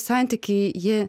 santykiai jie